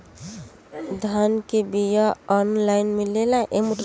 धान के बिया ऑनलाइन मिलेला?